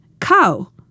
cow